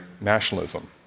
nationalism